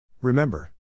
Remember